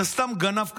זה סתם גנב קטן,